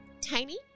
Tiny